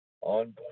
on